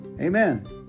Amen